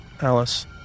Alice